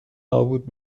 نابود